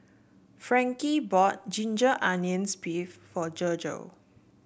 Frankie bought Ginger Onions beef for Virgle